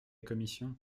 commission